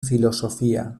filosofía